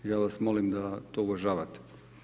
Ja vas molim da to uvažavate.